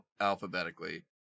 alphabetically